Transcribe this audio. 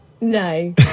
No